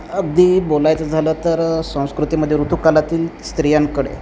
अगदी बोलायचं झालं तर संस्कृतीमध्ये ऋतूकालातील स्त्रियांकडे